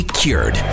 cured